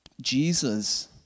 Jesus